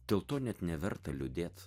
dėl to net neverta liūdėt